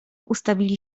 ustawili